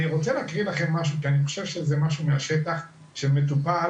אני רוצה להקריא לכם משהו כי אני חושב שזה משהו מהשטח שמטופל